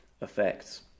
effects